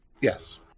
Yes